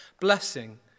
blessing